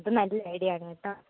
അതു നല്ല ഐഡിയയാണ് കേട്ടാൽ